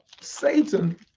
Satan